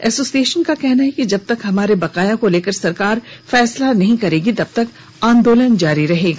association का कहना है कि जबतक हमारे बकाया को लेकर सरकार फैसला नहीं करेगी तबतक आंदोलन जारी रहेगा